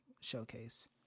showcase